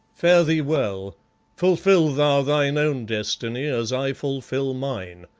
fare thee well fulfil thou thine own destiny, as i fulfil mine.